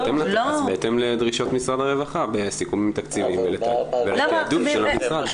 זה בהתאם לדרישות משרד הרווחה בסיכומים תקציביים ולתיעדוף של המשרד.